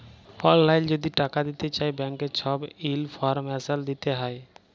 অললাইল যদি টাকা দিতে চায় ব্যাংকের ছব ইলফরমেশল দিতে হ্যয়